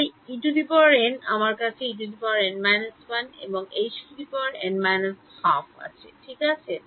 তাহলে আমার কাছে এবং আছে ঠিক আছে